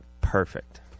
Perfect